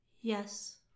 Yes